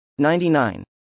99